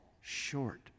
short